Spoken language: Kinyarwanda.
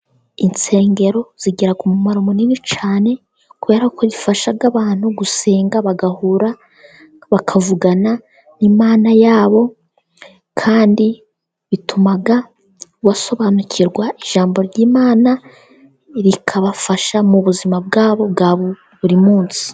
Insengero zigira umumaro munini cyane, kubera ko zifasha abantu gusenga, bagahura, bakavugana n'Imana yabo, kandi bituma basobanukirwa ijambo ry'Imana, rikabafasha mu buzima bwabo bwa buri munsi.